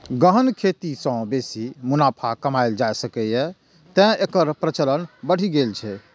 गहन खेती सं बेसी मुनाफा कमाएल जा सकैए, तें एकर प्रचलन बढ़ि गेल छै